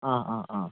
ആ ആ ആ